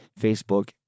Facebook